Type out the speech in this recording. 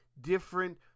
different